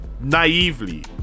naively